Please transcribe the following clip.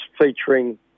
featuring